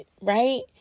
right